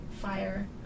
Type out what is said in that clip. Fire